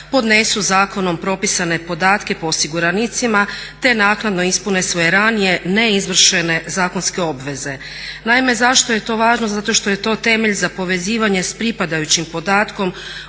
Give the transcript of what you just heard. podnesu zakonom propisane podatke po osiguranicima te naknadno ispune svoje ranije ne izvršene zakonske obveze. Naime zašto je to važno, zato što je to temelj za povezivanje s pripadajućim podatkom